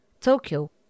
Tokyo